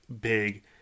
big